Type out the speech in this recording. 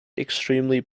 extremely